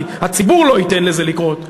כי הציבור לא ייתן לזה לקרות,